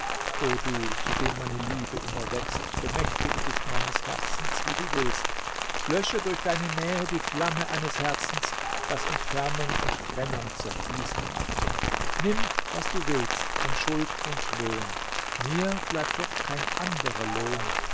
o du zu dem meine liebe immer wächst bemächtige dich meines herzens wie du willst lösche durch deine nähe die flamme eines herzens das entfernung und trennung zerfließen machte nimm was du willst an schuld und lohn mir bleibt doch kein anderer lohn